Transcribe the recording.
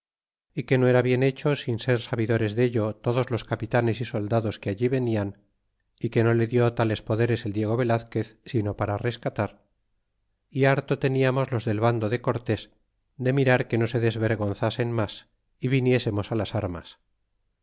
é que no era bien hecho sin ser sabidores dello todos los capitanes y soldados que allí venian y que no le dio tales poderes el diego velazquez sino para rescatar y harto teniamos los del vando de cortés de mirar que no se desvergonzasen mas y viniésemos las armas